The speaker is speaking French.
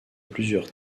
plusieurs